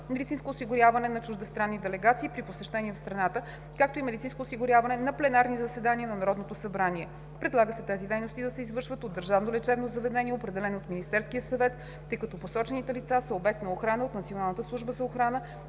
медицинско осигуряване на чуждестранни делегации при посещения в страната, както и медицинското осигуряване на пленарните заседания на Народното събрание. Предлага се тези дейности да се извършват от държавно лечебно заведение, определено от Министерския съвет, тъй като посочените лица са обект на охрана от